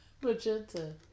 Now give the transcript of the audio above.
Magenta